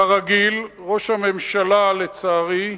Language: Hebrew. כרגיל, ראש הממשלה, לצערי,